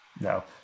no